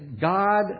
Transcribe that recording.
God